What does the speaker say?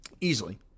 easily